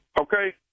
Okay